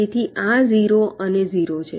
તેથી આ ઝીરો અને ઝીરો છે